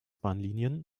bahnlinien